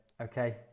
Okay